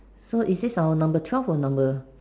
so is this our number twelve or number